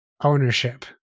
ownership